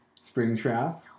Springtrap